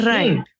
Right